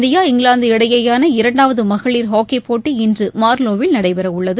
India England இடையேயான இரண்டாவது மகளிர் ஹாக்கிப் போட்டி இன்று மார்லோவில் நடைபெறவுள்ளது